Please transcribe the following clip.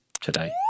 today